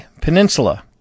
Peninsula